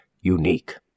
unique